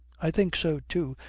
i think so, too,